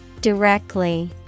Directly